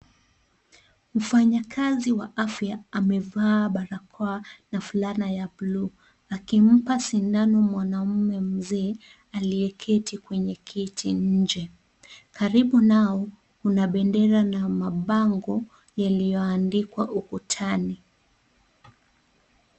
Mfanyakazi wa afya amevaa barakoa, na fulana ya buluu, akimpa sindano mwanamme mzee, aliyeketi kwenye kiti nje. Karibu nao kuna bendera na mabango, yaliyoandikwa ukutani.